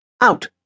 Out